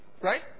Right